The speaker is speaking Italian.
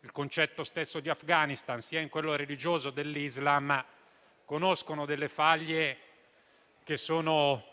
(il concetto stesso di Afghanistan), sia in quella religiosa dell'Islam*,* si conoscono delle faglie che sono